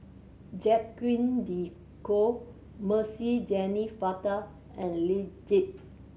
Jacques De Coutre Mercy Jennefather and Lee Tjin